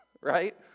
right